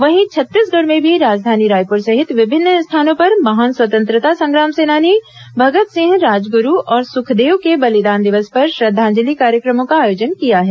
वहीं छत्तीसगढ़ में भी राजधानी रायपुर सहित विभिन्न स्थानों पर महान स्वतंत्रता संग्राम सेनानी भगत सिंह राजगुरू और सुखदेव के बलिदान दिवस पर श्रद्धांजलि कार्यक्रमों का आयोजन किया गया